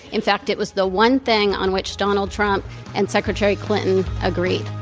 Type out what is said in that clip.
in fact, it was the one thing on which donald trump and secretary clinton agreed.